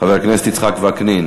חבר הכנסת יצחק וקנין,